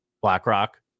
BlackRock